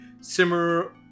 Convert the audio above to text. simmer